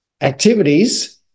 activities